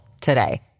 today